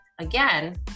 again